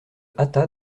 hâta